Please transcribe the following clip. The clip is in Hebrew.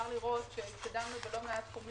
הודעה של משרד האוצר: משרד האוצר יפעל לתקצוב